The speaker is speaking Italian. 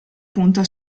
punto